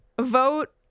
Vote